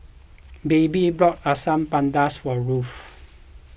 Baby bought Asam Pedas for Ruth